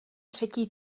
třetí